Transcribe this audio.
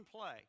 play